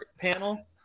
panel